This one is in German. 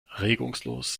regungslos